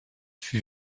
fut